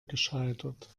gescheitert